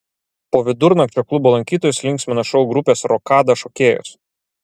po vidurnakčio klubo lankytojus linksmino šou grupės rokada šokėjos